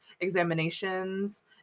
examinations